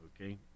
Okay